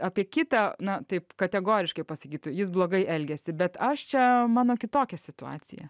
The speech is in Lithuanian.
apie kitą na taip kategoriškai pasakytų jis blogai elgiasi bet aš čia mano kitokia situacija